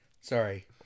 Sorry